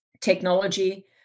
technology